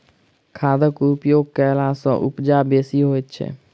खादक उपयोग कयला सॅ उपजा बेसी होइत छै